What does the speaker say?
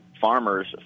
farmers